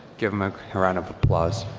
give them a round of applause.